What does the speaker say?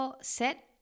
set